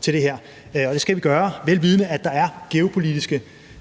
til det her. Det skal vi gøre, vel vidende at der er geopolitiske